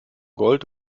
gold